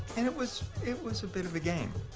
and it was it was a bit of a game.